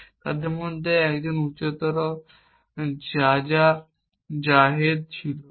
এবং তাদের মধ্যে একটি উচ্চতর জেজা জাদেহ ছিল